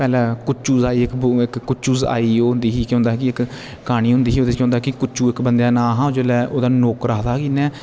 पैह्ले कुचु ये ब कुचु आई ओह् होंदी ही इक कहानी होंदी ही इक के होंदा कुचु इक बंदे दा नांऽ हा जोह्ले ओह्दा नौकर आखदा हा